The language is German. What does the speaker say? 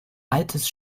altes